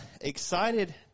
excited